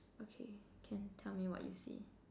okay can tell me what you see